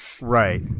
Right